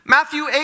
Matthew